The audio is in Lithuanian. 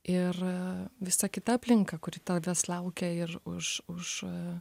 ir a visa kita aplinka kuri tavęs laukia ir už už a